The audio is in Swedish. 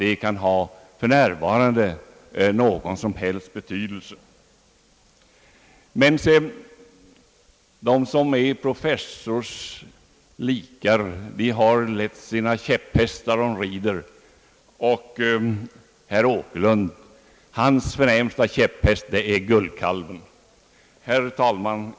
Jag tror inte att det för närvarande kan ha någon som helst betydelse om man vidtar en sådan åtgärd, men de som är professors likar har sina käpphästar som de rider, och herr Åkerlunds förnämsta käpphäst är guldkalven. Herr talman!